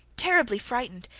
terribly frightened,